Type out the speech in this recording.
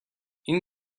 این